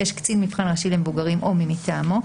קצין מבחן ראשי למבוגרים או מי מטעמו.